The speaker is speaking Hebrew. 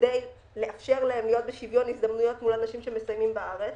כדי לאפשר להם להיות בשוויון הזדמנויות מול אנשים שמסיימים בארץ,